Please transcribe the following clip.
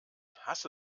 hasse